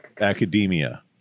academia